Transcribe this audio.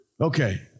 Okay